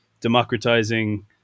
democratizing